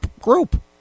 group